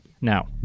now